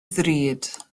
ddrud